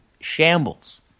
shambles